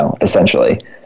essentially